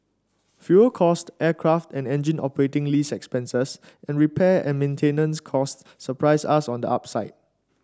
fuel cost aircraft and engine operating lease expenses and repair and maintenance costs surprise us on the upside